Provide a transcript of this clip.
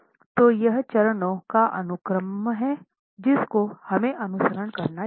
तो यह चरणों का अनुक्रम है जिसका हमें अनुसरण करना चाहिए